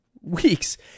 weeks